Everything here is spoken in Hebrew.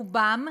ורובן,